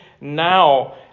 now